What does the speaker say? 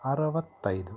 ಅರುವತ್ತೈದು